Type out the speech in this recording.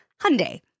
Hyundai